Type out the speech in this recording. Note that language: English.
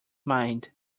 mind